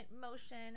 motion